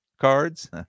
Cards